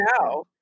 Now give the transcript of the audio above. now